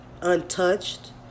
untouched